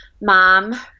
mom